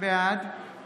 בעד